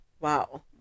Wow